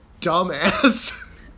dumbass